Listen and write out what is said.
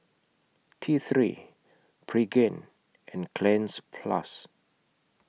T three Pregain and Cleanz Plus